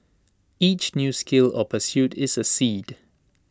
each new skill or pursuit is A seed